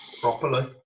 properly